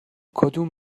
کدوم